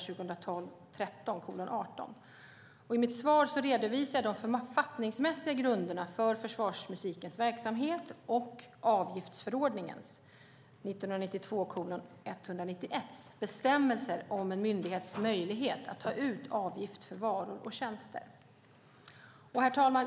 I mitt svar redovisade jag de författningsmässiga grunderna för försvarsmusikens verksamhet och avgiftsförordningens bestämmelser om en myndighets möjlighet att ta ut avgift för varor och tjänster. Herr talman!